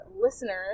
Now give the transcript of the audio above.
listeners